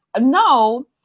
No